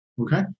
okay